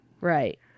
Right